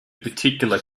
particular